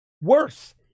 Worse